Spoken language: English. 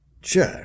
Sure